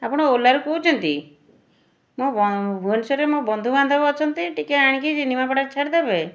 ଆପଣ ଓଲାରୁ କହୁଛନ୍ତି ମୁଁ ଭୁବନେଶ୍ୱରରୁ ମୋ ବନ୍ଧୁବାନ୍ଧବ ଅଛନ୍ତି ଟିକିଏ ଆଣିକି ନିମାପଡ଼ାରେ ଛାଡ଼ିଦେବେ